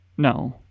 No